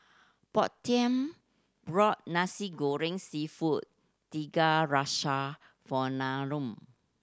portia bought Nasi Goreng Seafood Tiga Rasa for